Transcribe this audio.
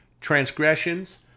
transgressions